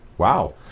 Wow